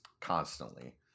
constantly